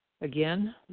Again